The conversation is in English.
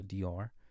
DR